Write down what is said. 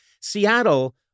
Seattle